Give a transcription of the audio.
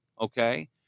Okay